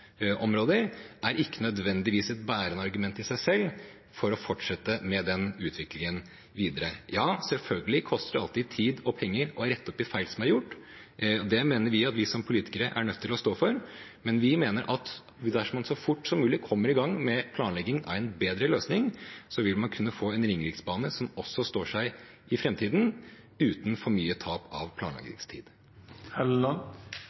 er ikke nødvendigvis et bærende argument i seg selv for å fortsette med den utbyggingen videre. Selvfølgelig koster det alltid tid og penger å rette opp i feil som er gjort. Det mener vi at vi som politikere er nødt til å stå for, men vi mener at dersom man så fort som mulig kommer i gang med planlegging av en bedre løsning, vil man kunne få en ringeriksbane som står seg også i framtiden, uten for mye tap av